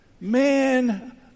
Man